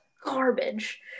garbage